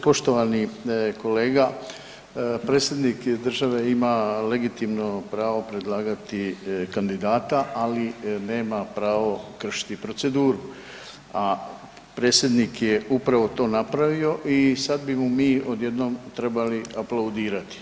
Poštovani kolega, predsjednik države ima legitimno pravo predlagati kandidata, ali nema pravo kršiti proceduru, a predsjednik je upravo to napravio i sad bi mu odjednom trebali aplaudirati.